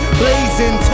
blazing